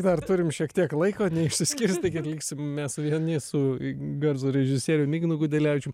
dar turim šiek tiek laiko neišsiskirstykit liksim mes vieni su garso režisierium ignu gudelevičium